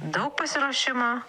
daug pasiruošimo